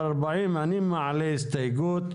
שהיא הצבעה על הסתייגויות.